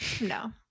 No